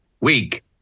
Week